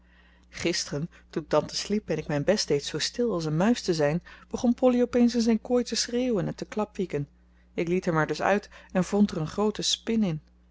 gisteren toen tante sliep en ik mijn best deed zoo stil als een muis te zijn begon polly opeens in zijn kooi te schreeuwen en te klapwieken ik liet hem er dus uit en vond er een groote spin in